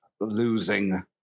losing